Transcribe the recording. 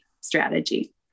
strategy